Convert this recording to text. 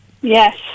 Yes